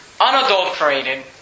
Unadulterated